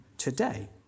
today